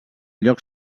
lloc